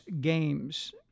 games